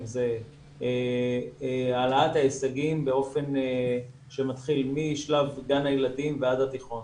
זה העלאת ההישגים באופן שמתחיל משלב גן הילדים ועד התיכון.